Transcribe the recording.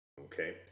okay